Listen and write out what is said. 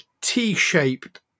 T-shaped